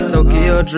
Tokyo